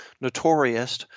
Notorious